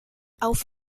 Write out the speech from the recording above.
auf